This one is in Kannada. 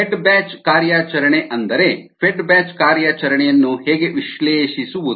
ಫೆಡ್ ಬ್ಯಾಚ್ ಕಾರ್ಯಾಚರಣೆ ಅಂದರೆ ಫೆಡ್ ಬ್ಯಾಚ್ ಕಾರ್ಯಾಚರಣೆಯನ್ನು ಹೇಗೆ ವಿಶ್ಲೇಷಿಸುವುದು